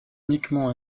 uniquement